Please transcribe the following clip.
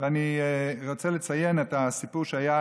אני רוצה לציין את הסיפור שהיה היום,